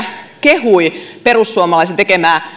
kehui perussuomalaisten tekemää